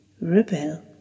rebel